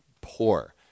poor